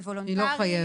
זה וולונטרי,